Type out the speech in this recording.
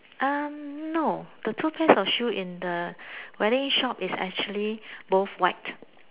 um no the two pairs of shoe in the wedding shop is actually both white